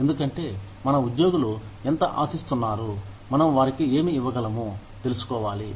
ఎందుకంటే మన ఉద్యోగులు ఎంత ఆశిస్తున్నారు మనం వారికి ఏమి ఇవ్వగలము తెలుసుకోవాలి